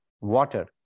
water